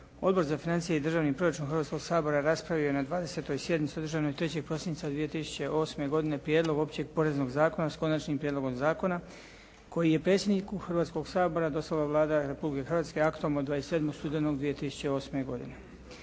Odbor za financije i državni proračun Hrvatskoga sabora raspravio je na 20. sjednici održanoj 3. prosinca 2008. godine Prijedlog Općeg poreznog zakona, s konačnim prijedlogom zakona koji je predsjedniku Hrvatskoga sabora dostavila Vlada Republike Hrvatske aktom od 27. studenog 2008. godine.